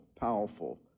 powerful